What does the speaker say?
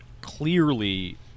clearly